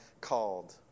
called